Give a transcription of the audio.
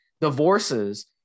Divorces